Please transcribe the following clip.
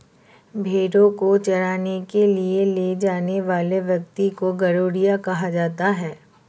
भेंड़ों को चराने के लिए ले जाने वाले व्यक्ति को गड़ेरिया कहा जाता है